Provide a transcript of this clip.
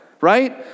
right